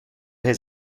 his